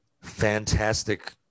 fantastic